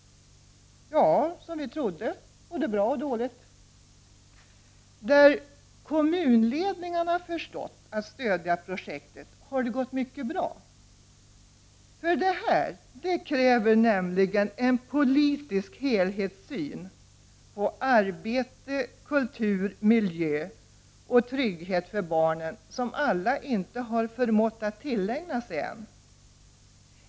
Ja, som vi trodde, både bra och dåligt. Där kommunledningen förstått att stödja projektet har det gått mycket bra. Det här kräver nämligen en politisk helhetssyn på arbetet, kulturen, miljön och tryggheten för barnen som inte alla ännu har förmått att tillägna sig.